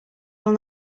all